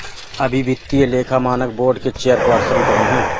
अभी वित्तीय लेखा मानक बोर्ड के चेयरपर्सन कौन हैं?